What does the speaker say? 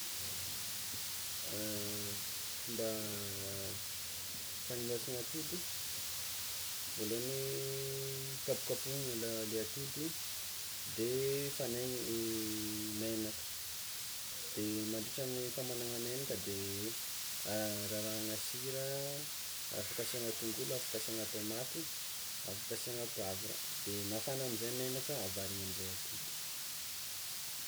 Fomba fagnindasana atody, voalohany kapokapohana le atody de fagnaigny megnaka de mandritran'ny famanagna megnaka de rarahagna sira, afaka asiàgna tongolo afaka asiàgna tômaty afaka asiàgna poavra de mafana amzay megnaka avarigny amzay atody.